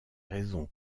raisons